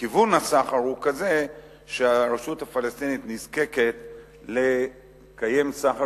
וכיוון הסחר הוא כזה שהרשות הפלסטינית נזקקת לקיים סחר